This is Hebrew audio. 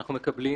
אנחנו מקבלים